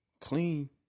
clean